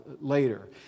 later